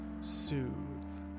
soothe